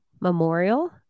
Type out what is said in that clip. memorial